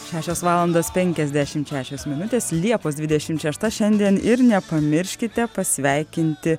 šešios valandos penkiasdešimt šešios minutės liepos dvidešimt šešta šiandien ir nepamirškite pasveikinti